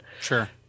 Sure